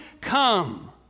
come